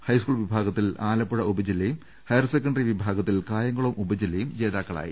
high school വിഭാഗത്തിൽ ആലപ്പുഴ ഉപജില്ലയും higher secondary വിഭാഗത്തിൽ കായംകുളം ഉപജില്ലയും ജേതാക്കളായി